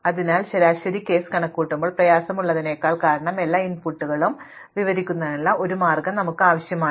അതിനാൽ ശരാശരി കേസ് കണക്കുകൂട്ടാൻ പ്രയാസമുള്ളതിന്റെ ആദ്യ കാരണം കാരണം സാധ്യമായ എല്ലാ ഇൻപുട്ടുകളും വിവരിക്കുന്നതിനുള്ള ഒരു മാർഗം ഞങ്ങൾക്ക് ആവശ്യമാണ്